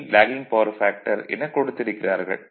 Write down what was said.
8 lagging power factor எனக் கொடுத்திருக்கிறார்கள்